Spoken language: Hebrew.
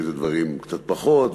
באיזה דברים קצת פחות,